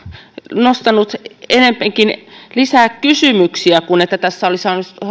nostanut ennemminkin lisää kysymyksiä kuin että tässä olisi saanut